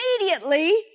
immediately